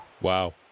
Wow